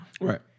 Right